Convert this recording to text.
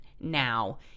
now